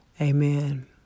Amen